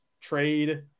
trade